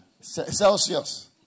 Celsius